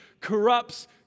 corrupts